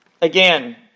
again